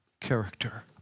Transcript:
character